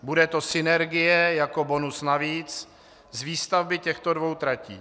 Bude to synergie jako bonus navíc z výstavby těchto dvou tratí.